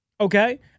Okay